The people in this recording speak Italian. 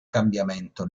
cambiamento